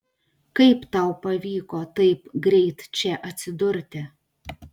kaip tau pavyko taip greit čia atsidurti